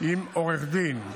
עם עורך דין.